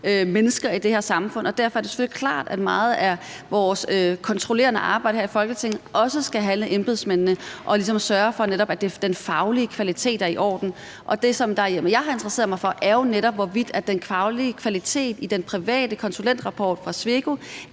mennesker i det her samfund, og derfor er det selvfølgelig klart, at meget af vores kontrollerende arbejde her i Folketinget også skal handle om embedsmændene og ligesom sørge for, at den faglige kvalitet er i orden. Det, som jeg har interesseret mig for, er jo netop, hvorvidt den faglige kvalitet i den private konsulentrapport fra Sweco